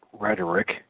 Rhetoric